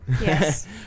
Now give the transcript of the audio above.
Yes